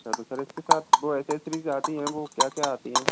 अच्छा तो सर इसके साथ वो एक्सेसरीज़ आती हैं वो क्या क्या आती हैं